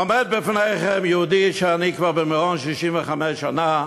עומד בפניכם יהודי, אני במירון כבר 65 שנה.